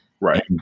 right